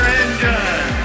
engine